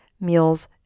meals